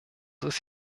ist